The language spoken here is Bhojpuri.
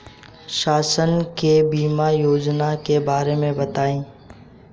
शासन के बीमा योजना के बारे में बताईं?